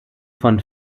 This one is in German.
von